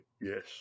yes